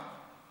מה?